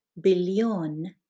billion